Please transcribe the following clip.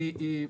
עכשיו,